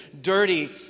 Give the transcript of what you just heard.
dirty